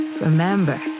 Remember